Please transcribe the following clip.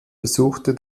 besuchte